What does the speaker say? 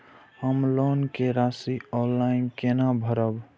हम लोन के राशि ऑनलाइन केना भरब?